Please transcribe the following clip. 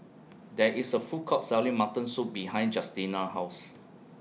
There IS A Food Court Selling Mutton Soup behind Justina's House